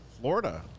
Florida